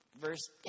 verse